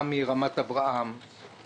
גם מרמת אברהם,